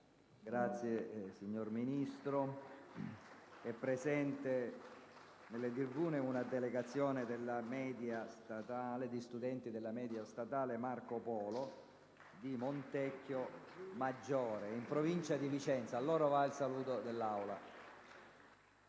apre una nuova finestra"). È presente nelle tribune una delegazione di studenti della Scuola media statale «Marco Polo» di Montecchio Maggiore, in provincia di Vicenza. A loro va il saluto dell'Assemblea.